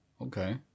okay